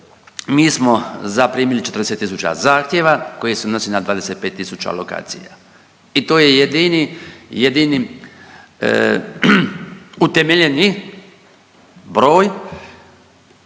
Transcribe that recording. mi smo zaprimili 40 000 zahtjeva koji se odnosi na 25000 lokacija i to je jedini utemeljeni broj